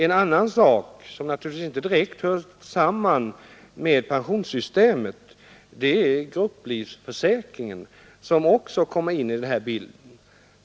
En annan sak som naturligtvis inte direkt hör samman med pensionssystemet är grupplivförsäkringen, som också kommer in i bilden.